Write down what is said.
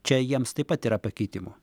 čia jiems taip pat yra pakeitimų